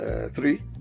three